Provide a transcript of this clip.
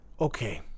Okay